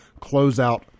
closeout